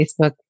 Facebook